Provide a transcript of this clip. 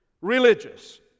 religious